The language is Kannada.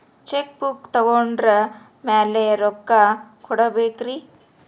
ಚೆಕ್ ಬುಕ್ ತೊಗೊಂಡ್ರ ಮ್ಯಾಲೆ ರೊಕ್ಕ ಕೊಡಬೇಕರಿ?